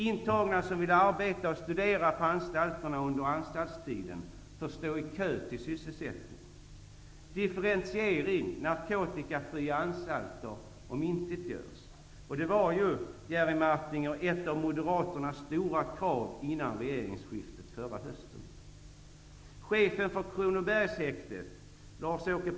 Intagna som vill arbeta och studera på anstalterna under strafftiden får stå i kö till sysselsättning. Differentiering, narkotikafria anstalter, omintetgörs. Det var ju, Jerry Martinger, ett av moderaternas stora krav före regeringsskiftet förra hösten.